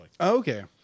Okay